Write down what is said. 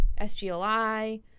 SGLI